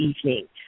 evening